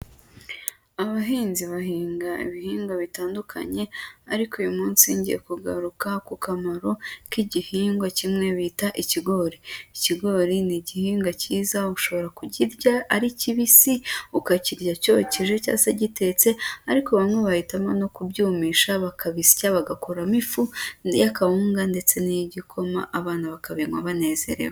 Abahinzi bahinga ibihingwa bitandukanye, ariko uyu munsi ngiye kugaruka ku kamaro k'igihingwa kimwe bita ikigori. Ikigori ni igihinga cyiza, ushobora kukirya ari kibisi ukakirya cyokeje cya se gitetse, ariko bamwe bahitamo no kubyumisha bakabisya bagakuramo ifu y'akawunga, ndetse n'iy'igikoma abana bakabinwa banezerewe.